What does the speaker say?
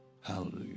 Hallelujah